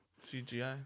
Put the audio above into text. cgi